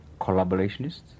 collaborationists